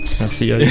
Merci